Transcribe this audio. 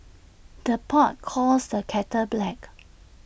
the pot calls the kettle black